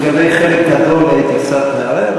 לגבי חלק גדול הייתי קצת מערער,